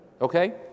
Okay